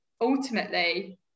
ultimately